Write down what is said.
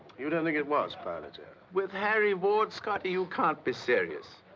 you don't think it was pilot's error. with harry ward, scotty? you can't be serious.